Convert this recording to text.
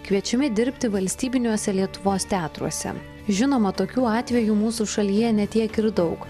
kviečiami dirbti valstybiniuose lietuvos teatruose žinoma tokių atvejų mūsų šalyje ne tiek ir daug